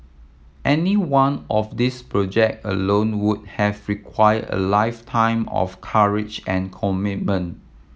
any one of these project alone would have require a lifetime of courage and commitment